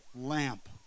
lamp